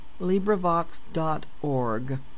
LibriVox.org